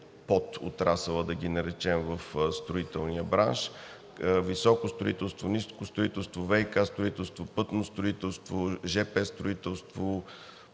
подотрасъла, да ги наречем, в строителния бранш – високо строителство, ниско строителство, ВиК строителство, пътно строителство, жп строителство...